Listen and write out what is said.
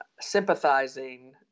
sympathizing